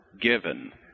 given